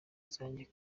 zanjye